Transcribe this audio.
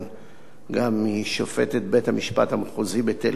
גם משופטת בית-המשפט המחוזי בתל-אביב בדימוס,